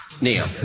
Neil